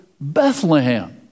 Bethlehem